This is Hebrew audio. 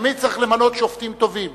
תמיד צריך למנות שופטים טובים,